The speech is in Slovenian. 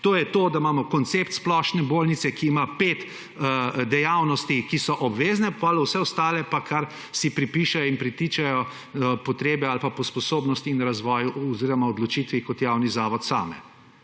To je to, da imamo koncept splošne bolnice, ki ima pet dejavnost, ki so obvezne, potem vse ostale, kar pripišejo in pritičejo potrebe ali pa po sposobnosti in razvoju oziroma odločitvi kot javni zavod.